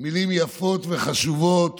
מילים יפות וחשובות